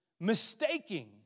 mistaking